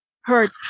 heard